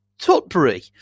Tutbury